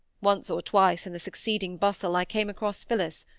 once or twice in the succeeding bustle i came across phillis,